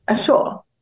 sure